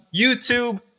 YouTube